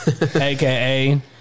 aka